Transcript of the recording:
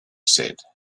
said